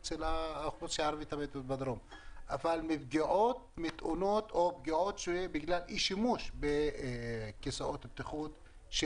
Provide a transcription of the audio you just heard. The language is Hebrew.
אני שואל לגבי פגיעות מתאונות או בגלל אי שימוש בכיסאות בטיחות.